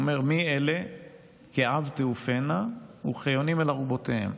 הוא אומר: "מי אלה כעב תעופינה וכיונים אל ארֻבֹּתֵיהם"